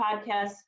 podcast